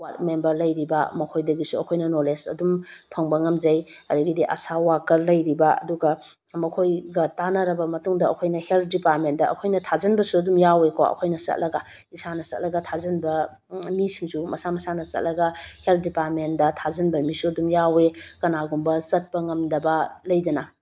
ꯋꯥꯠ member ꯂꯩꯔꯤꯕ ꯃꯈꯣꯏꯗꯒꯤꯁꯨ ꯑꯩꯈꯣꯏꯅ ꯅꯧꯂꯦꯖ ꯑꯗꯨꯝ ꯐꯪꯕ ꯉꯝꯖꯩ ꯑꯗꯒꯤꯗꯤ ꯑꯁꯥ ꯋꯥꯀꯔ ꯂꯩꯔꯤꯕ ꯑꯗꯨꯒ ꯃꯈꯣꯏꯒ ꯇꯥꯟꯅꯔꯕ ꯃꯇꯨꯡꯗ ꯑꯩꯈꯣꯏꯅ ꯍꯦꯜꯠ ꯗꯤꯄꯥꯔꯠꯃꯦꯟꯇꯥ ꯑꯩꯈꯣꯏꯅ ꯊꯥꯖꯤꯟꯕꯁꯨ ꯑꯗꯨꯝ ꯌꯥꯎꯋꯦꯀꯣ ꯑꯩꯈꯣꯏꯅ ꯆꯠꯂꯒ ꯏꯁꯥꯅ ꯆꯠꯂꯒ ꯊꯥꯖꯤꯟꯕ ꯃꯤꯁꯤꯡꯁꯨ ꯃꯁꯥ ꯃꯁꯥꯅ ꯆꯠꯂꯒ ꯍꯦꯜꯠ ꯗꯤꯄꯥꯔꯠꯃꯦꯟꯇ ꯊꯥꯖꯤꯟꯕ ꯃꯤꯁꯨ ꯑꯗꯨꯝ ꯌꯥꯎꯋꯤ ꯀꯥꯅꯒꯨꯝꯕ ꯆꯠꯄ ꯉꯝꯗꯕ ꯂꯩꯗꯅ